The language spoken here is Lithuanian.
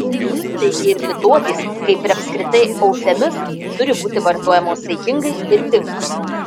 taigi ir litotės kaip ir apskritai eufemizmai turi būti vartojamos saikingai ir tinkamai